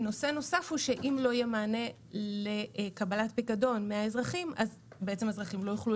נושא נוסף אם לא יהיה מענה לקבלת פיקדון מהאזרחים האזרחים לא יוכלו